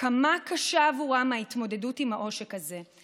כמה קשה עבורם ההתמודדות עם העושק הזה.